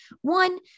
one